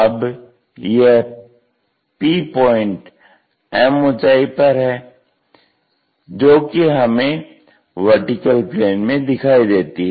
अब यह P point m ऊंचाई पर है जो कि हमें VP में दिखाई देती है